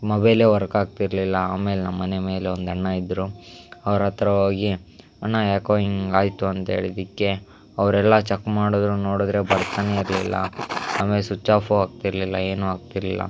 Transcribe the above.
ಮೊಬೈಲೇ ವರ್ಕ್ ಆಗ್ತಿರಲಿಲ್ಲ ಆಮೇಲೆ ನಮ್ಮ ಮನೆ ಮೇಲೆ ಒಂದು ಅಣ್ಣ ಇದ್ದರು ಅವ್ರ ಹತ್ತಿರ ಹೋಗಿ ಅಣ್ಣ ಯಾಕೋ ಹಿಂಗ್ ಆಯಿತು ಅಂತ ಹೇಳಿದ್ದಕ್ಕೆ ಅವ್ರು ಎಲ್ಲ ಚಕ್ ಮಾಡಿದ್ರು ನೋಡಿದ್ರೆ ಬರ್ತನೇ ಇರಲಿಲ್ಲ ಆಮೇಲೆ ಸುಚ್ ಆಫು ಆಗ್ತಿರಲಿಲ್ಲ ಏನೂ ಆಗ್ತಿರಲಿಲ್ಲ